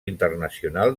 internacional